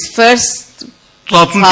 first